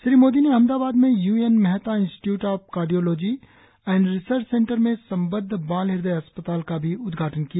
श्री मोदी ने अहमदाबाद में U N Mehta institute of cardiology and research centre से सबद्ध बाल हृदय अस्पताल का उद्घाटन भी किया